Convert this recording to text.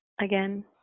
again